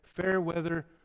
fair-weather